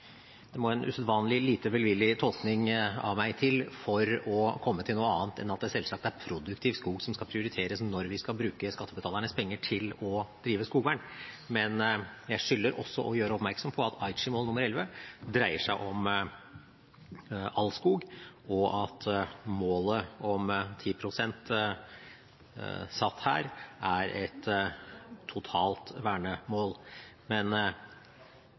usedvanlig lite velvillig tolkning av meg til for å komme til noe annet enn at det selvsagt er produktiv skog som skal prioriteres når vi skal bruke skattebetalernes penger til å drive skogvern. Men jeg skylder også å gjøre oppmerksom på at Aichi-mål 11 dreier seg om all skog, og at målet om 10 pst. satt her, er et totalt vernemål. Men